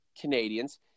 canadians